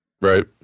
Right